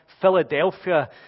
Philadelphia